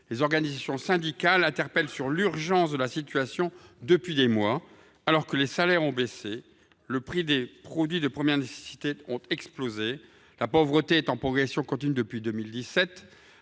Les organisations syndicales alertent sur l’urgence de la situation depuis des mois, alors que les salaires ont baissé, que les prix des produits de première nécessité ont explosé et que la pauvreté est en progression continue depuis 2017,